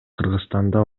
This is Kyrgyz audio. кыргызстанда